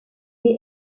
est